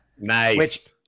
Nice